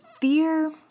Fear